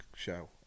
show